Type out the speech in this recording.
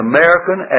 American